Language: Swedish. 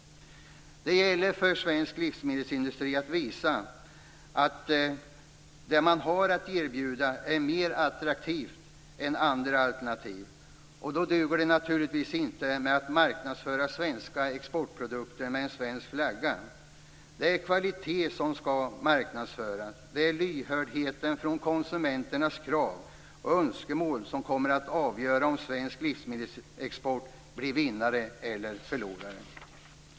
Det gäller för svensk livsmedelsindustri att visa att det man har att erbjuda är mer attraktivt än andra alternativ. Då duger det naturligtvis inte att marknadsföra svenska exportprodukter med en svensk flagga. Det är kvalitet som skall marknadsföras. Det är lyhördheten för konsumenternas krav och önskemål som kommer att avgöra om svensk livsmedelsexport blir vinnare eller förlorare.